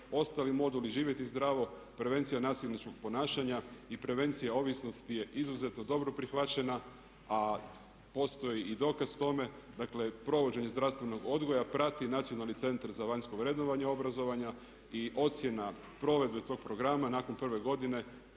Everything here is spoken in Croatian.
Ostali moduli Živjeti zdravo, prevencija nasilničkog ponašanja i prevencija ovisnosti je izuzetno dobro prihvaćena. A postoji i dokaz tome, dakle provođenje zdravstvenog odgoja prati Nacionalni centar za vanjsko vrednovanje obrazovanja i ocjena provedbe tog programa nakon prve godine